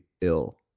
ill